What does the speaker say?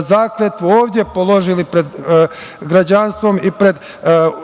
zakletvu ovde položili pred građanstvom i pred